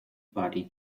party